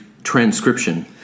transcription